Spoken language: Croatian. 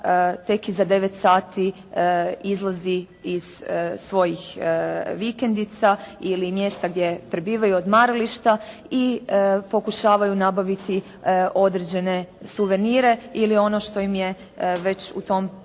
tek iza devet sati izlazi iz svojih vikendica ili mjesta gdje prebivaju, odmarališta i pokušavaju nabaviti određene suvenire ili ono što im je već u tom trenutku